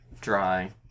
dry